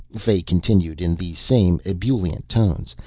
fay continued in the same ebullient tones.